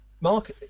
Mark